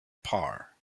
par